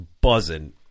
buzzing